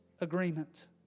agreement